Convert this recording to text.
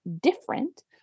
different